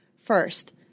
First